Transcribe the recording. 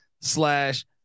slash